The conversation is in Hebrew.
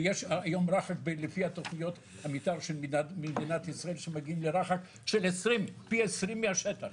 ויש היום לפי תכניות המתאר של מדינת ישראל שמגיעים לרחק של פי 20 מהשטח.